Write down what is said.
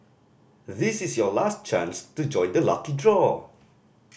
this is your last chance to join the lucky draw